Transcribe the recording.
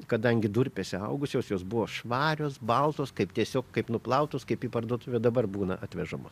kadangi durpėse augusios jos buvo švarios baltos kaip tiesiog kaip nuplautos kaip į parduotuvę dabar būna atvežama